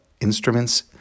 instruments